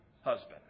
husband